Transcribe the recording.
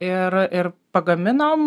ir ir pagaminom